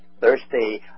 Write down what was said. Thursday